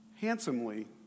handsomely